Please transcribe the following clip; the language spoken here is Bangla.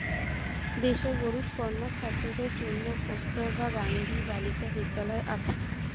দেশের গরিব কন্যা ছাত্রীদের জন্যে কস্তুরবা গান্ধী বালিকা বিদ্যালয় আছে